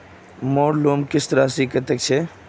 मोर लोन किस्त राशि कतेक छे?